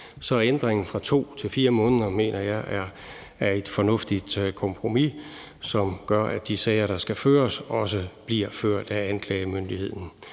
ændringen fra 2 til 4 måneder mener jeg er et fornuftigt kompromis, som gør, at de sager, der skal føres, også bliver ført af anklagemyndigheden.